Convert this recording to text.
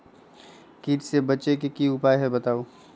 कीट से बचे के की उपाय हैं बताई?